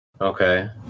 okay